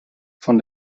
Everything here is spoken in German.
von